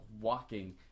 walking